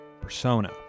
persona